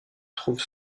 trouve